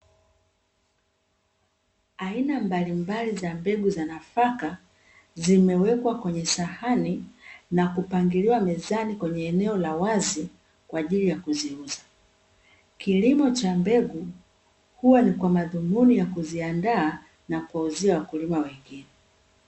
Aina mbalimbali za mbegu za nafaka zimewekwa kwenye sahani, na kupangiliwa mezani kwenye eneo la wazi kwa ajili ya kuziuza. Kilimo cha mbegu huwa ni kwa madhumuni ya kuziandaa, na kuwauzia wakulima wengine.